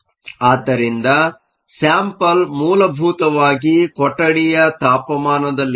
ಆದ್ದರಿಂದ ಸ್ಯಾಂಪಲ್ ಮೂಲಭೂತವಾಗಿ ಕೊಠಡಿಯ ತಾಪಮಾನದಲ್ಲಿದೆ